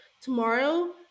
Tomorrow